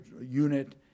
unit